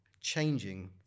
changing